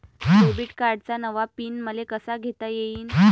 Debit कार्डचा नवा PIN मले कसा घेता येईन?